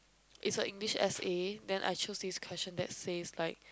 is like this S_A then I choose this question that says like